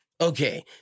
Okay